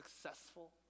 successful